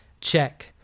check